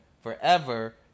forever